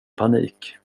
panik